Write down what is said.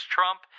Trump